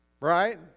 Right